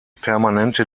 permanente